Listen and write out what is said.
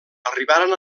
arribaren